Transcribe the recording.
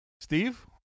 Steve